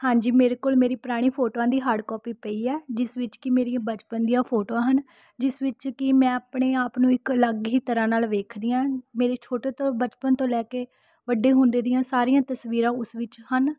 ਹਾਂਜੀ ਮੇਰੇ ਕੋਲ ਮੇਰੀ ਪੁਰਾਣੀ ਫੋਟੋਆਂ ਦੀ ਹਾਰਡ ਕੋਪੀ ਪਈ ਹੈ ਜਿਸ ਵਿੱਚ ਕਿ ਮੇਰੀਆਂ ਬਚਪਨ ਦੀਆ ਫੋਟੋਆਂ ਹਨ ਜਿਸ ਵਿੱਚ ਕਿ ਮੈਂ ਆਪਣੇ ਆਪ ਨੂੰ ਇੱਕ ਅਲੱਗ ਹੀ ਤਰ੍ਹਾਂ ਨਾਲ ਵੇਖਦੀ ਹਾਂ ਮੇਰੇ ਛੋਟੇ ਤੋਂ ਬਚਪਨ ਤੋਂ ਲੈ ਕੇ ਵੱਡੇ ਹੁੰਦੇ ਦੀਆਂ ਸਾਰੀਆਂ ਤਸਵੀਰਾਂ ਉਸ ਵਿੱਚ ਹਨ